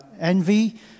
envy